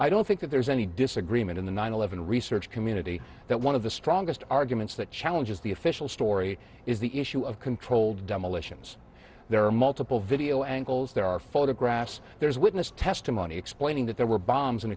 i don't think there's any disagreement in the nine eleven research community that one of the strongest arguments that challenges the official story is the issue of controlled demolitions there are multiple video angles there are photographs there is witness testimony explaining that there were bombs and